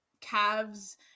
calves